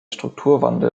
strukturwandel